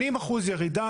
80% ירידה.